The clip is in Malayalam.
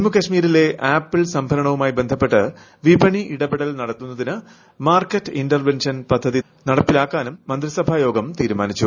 ജമ്മു കാശ്മീരിലെ ആപ്പിൾ സംഭരണവുമായി ബന്ധപ്പെട്ട് വിപണി ഇടപെടൽ നടത്തുന്നതിന് മാർക്കറ്റ് ഇന്റർ വെൻഷൻ പദ്ധതി നടപ്പിലാക്കാനും മന്ത്രിസഭയോഗം തീരുമാനിച്ചു